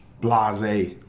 Blase